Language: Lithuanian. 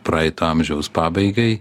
praeito amžiaus pabaigai